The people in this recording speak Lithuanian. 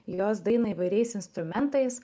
jos dainą įvairiais instrumentais